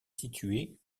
située